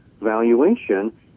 valuation